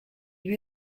lui